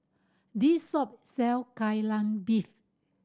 this shop sell Kai Lan Beef